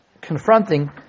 confronting